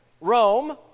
Rome